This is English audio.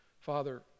Father